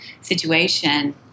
situation